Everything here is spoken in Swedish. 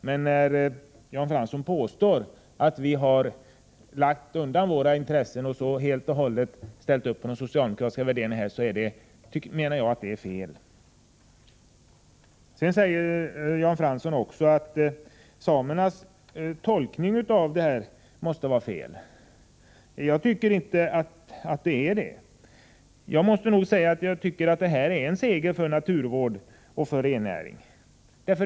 Men när Jan Fransson påstår att vi har lagt våra intressen åt sidan och helt och hållet ställt upp på de socialdemokratiska värderingarna, så menar jag alltså att det är fel. Jan Fransson säger också att samernas tolkning måste vara fel. Jag tycker inte att den är fel. Jag tycker att detta är en seger för naturvård och för rennäring.